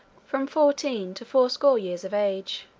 from fourteen to fourscore years of age,